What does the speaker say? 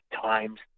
times